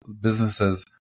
businesses